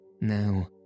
Now